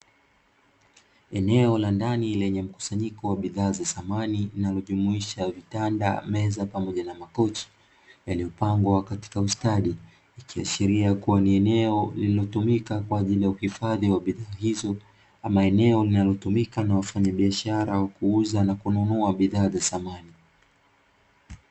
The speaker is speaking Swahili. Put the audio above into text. Eneo la ndani lenye mkusanyiko wa bidhaa za samani linalojumuisha vitanda, meza pamoja na makochi yaliyopangwa katika ustadi ikiashiria kuwa ni eneo lililotumika kwa ajili ya uhifadhi wa bidhaa hizo ama eneo linalotumika na wafanyabiashara wa kuuza na kununua bidhaa za samani.